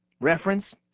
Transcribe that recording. Reference